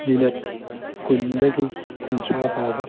minute ꯀꯨꯟꯗꯒꯤ ꯀꯨꯟꯊ꯭ꯔꯥ ꯐꯥꯎꯕ